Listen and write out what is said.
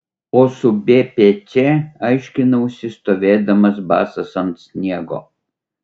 o su bpc aiškinausi stovėdamas basas ant sniego